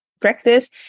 practice